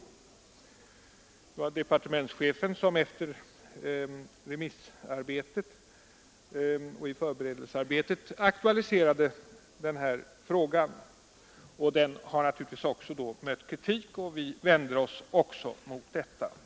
Det var departementschefen som efter remissarbetet och i förberedelsearbetet aktualiserade den här frågan. Det tillvägagångssättet har naturligtvis också mött kritik, och vi vänder oss mot det.